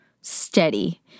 steady